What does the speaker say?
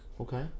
Okay